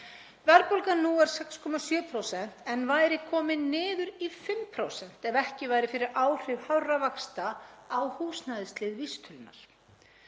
Verðbólgan nú er 6,7% en væri komin niður í 5% ef ekki væri fyrir áhrif hárra vaxta á húsnæðislið vísitölunnar.